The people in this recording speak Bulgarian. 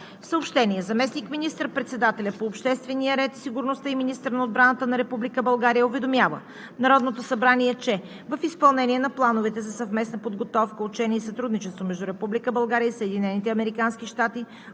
събрание. Заместник министър-председателят по обществения ред и сигурността и министър на отбраната на Република България уведомява Народното събрание, че в изпълнение на плановете за съвместна подготовка, учение и сътрудничество между Република